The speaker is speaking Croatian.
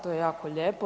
To je jako lijepo.